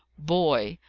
boy!